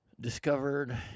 Discovered